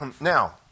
Now